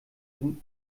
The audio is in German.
gegen